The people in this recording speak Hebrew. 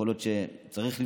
יכול להיות שצריך לבדוק,